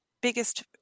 biggest